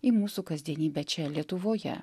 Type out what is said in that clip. į mūsų kasdienybę čia lietuvoje